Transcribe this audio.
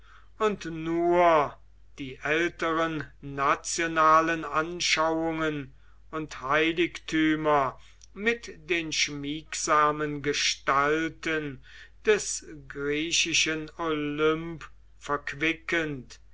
und nur die älteren nationalen anschauungen und heiligtümer mit den schmiegsamen gestalten des griechischen olymp verquickend